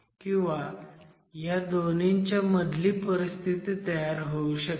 किंवा ह्या दोन्हींच्या मधली परिस्थिती तयार होऊ शकते